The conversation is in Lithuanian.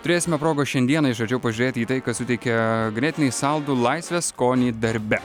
turėsime progos šiandieną iš arčiau pažiūrėti į tai kas suteikia ganėtinai saldų laisvės skonį darbe